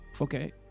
okay